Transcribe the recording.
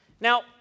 Now